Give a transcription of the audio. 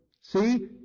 See